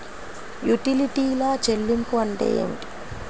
యుటిలిటీల చెల్లింపు అంటే ఏమిటి?